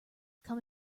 come